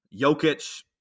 Jokic